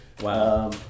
Wow